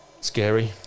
Scary